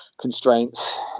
constraints